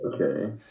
Okay